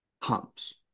Pumps